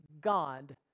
God